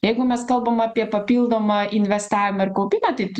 jeigu mes kalbam apie papildomą investavimą ir kaupimą tai t